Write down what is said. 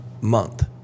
Month